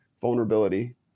vulnerability